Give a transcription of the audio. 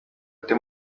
ate